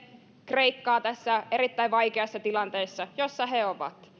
kreikkaa tässä erittäin vaikeassa tilanteessa jossa he